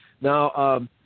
Now